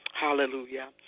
Hallelujah